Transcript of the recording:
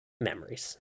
memories